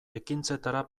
ekintzetara